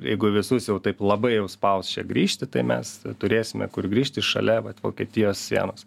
jeigu visus jau taip labai jau spaus čia grįžti tai mes turėsime kur grįžti šalia vat vokietijos sienos